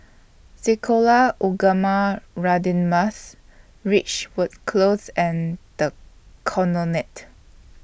Sekolah Ugama Radin Mas Ridgewood Close and The Colonnade